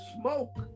smoke